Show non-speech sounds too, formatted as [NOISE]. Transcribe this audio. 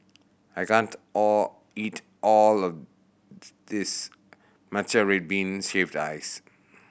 I can't all eat all of [UNINTELLIGIBLE] this matcha red bean shaved ice